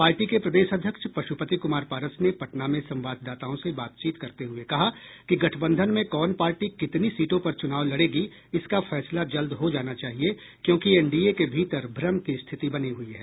party के प्रदेश अध्यक्ष पश्पति कुमार पारस ने पटना में संवाददताओं से बातचीत करते हुए कहा कि गठबंधन में कौन पार्टी कितनी सीटों पर चुनाव लड़ेगी इसका फैसला जल्द हो जाना चाहिए क्योंकि एनडीए के भीतर भ्रम की स्थिति बनी हुई है